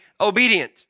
obedient